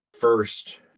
first